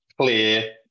clear